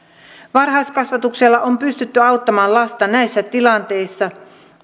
varhaiskasvatuksella on pystytty auttamaan lasta näissä tilanteissa